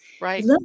Right